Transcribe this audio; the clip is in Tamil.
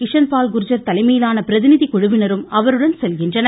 கிஷன்பால் மத்திய சமுக குர்ஜர் தலைமையிலான பிரதிநிதிக்குழுவினரும் அவருடன் செல்கின்றனர்